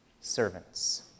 servants